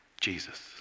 Jesus